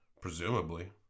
Presumably